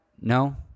No